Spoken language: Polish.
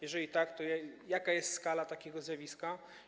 Jeżeli tak, jaka jest skala takiego zjawiska?